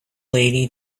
lady